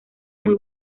muy